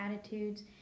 attitudes